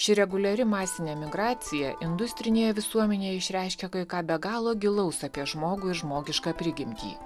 ši reguliari masinė emigracija industrinėje visuomenėje išreiškia kai ką be galo gilaus apie žmogų ir žmogišką prigimtį